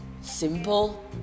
simple